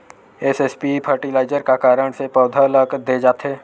SSP fertiliser का कारण से पौधा ल दे जाथे?